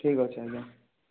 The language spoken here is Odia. ଠିକ୍ ଅଛି ଆଜ୍ଞା